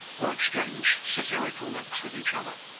or exchange satirical looks with each other.